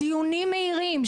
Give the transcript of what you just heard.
דיונים מהירים,